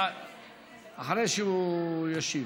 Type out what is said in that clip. אחרי שהוא ישיב.